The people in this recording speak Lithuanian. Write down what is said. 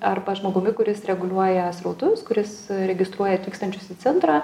arba žmogumi kuris reguliuoja srautus kuris registruoja atvykstančius į centrą